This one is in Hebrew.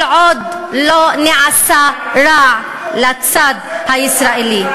כל עוד לא נעשה, רע לצד הישראלי.